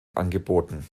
angeboten